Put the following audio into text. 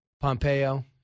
Pompeo